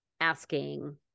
asking